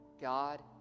God